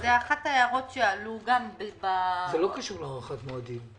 זו אחת ההערות שעלו גם --- זה לא קשור להארכת מועדים.